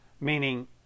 Meaning